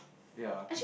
ya